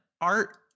art